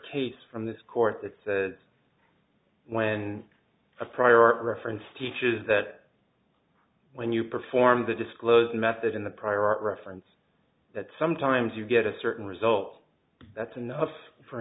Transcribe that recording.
case from this court that says when a prior art reference teaches that when you perform the disclose method in the prior art reference that sometimes you get a certain result that's enough for